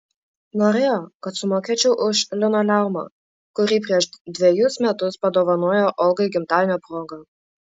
norėjo kad sumokėčiau už linoleumą kurį prieš dvejus metus padovanojo olgai gimtadienio proga